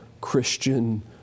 Christian